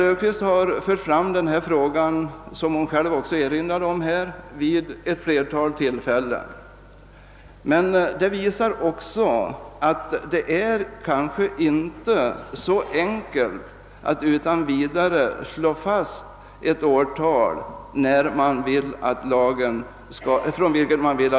Hon har framfört denna fråga, som hon själv sade, vid flera tillfällen och detta visar kanske också att det inte är så enkelt att utan vidare slå fast det årtal från vilket lagen önskas ändrad.